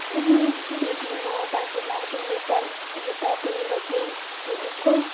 अनि दिदी म बाजे लाग्यौँ नेपाल हामी त तिन बजी हिँडेको